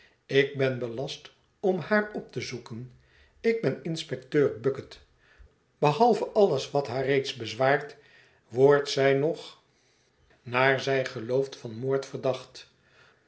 ik ben belast om haar op te zoeken ik ben inspecteur bucket behalve alles wat haar reeds bezwaart wordt zij nog naar zij gelooft van moord verdacht